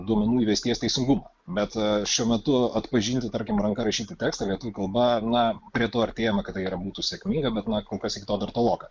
duomenų įvesties teisingumą bet šiuo metu atpažinti tarkim ranka rašytą tekstą lietuvių kalba na prie to artėjama kad tai yra būtų sėkminga bet kol kas iki to dar toloka